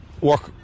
work